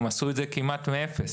והם עשו את זה כמעט מאפס.